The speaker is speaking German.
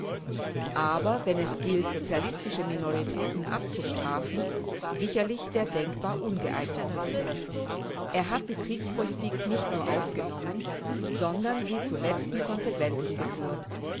aber wenn es gilt soz minoritäten abstrafen sicherlich der denkbar ungeeignetste er hat die kriegspol nicht nur aufgenommen sondern sie zu letzten consequenzen geführt